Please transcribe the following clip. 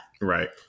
right